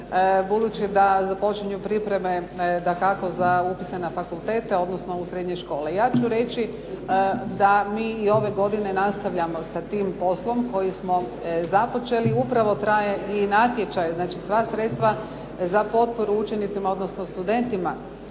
budući da započinju pripreme dakako za upise na fakultete odnosno u srednje škole. Ja ću reći da mi i ove godine nastavljamo sa tim poslom koji smo započeli. Upravo traje i natječaj, znači sva sredstva za potporu učenicima odnosno studentima